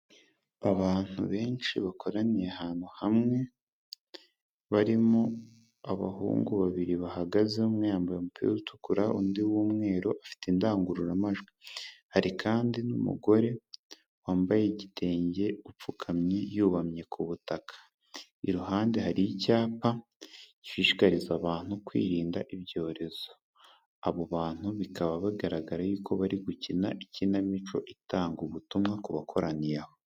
Abantu benshi bakoraniye ahantu hamwe barimo abahungu babiri bahagaze, umwe yambaye umupira utukura undi w'umweru afite indangururamajwi hari kandi n'umugore wambaye igitenge upfukamye yubamye ku butaka iruhande hari icyapa gishishikariza abantu kwirinda ibyorezo. abo bantu bikaba bigaragaye ko bari gukina ikinamico itanga ubutumwa ku bakoraniye aho.